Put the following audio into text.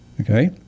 okay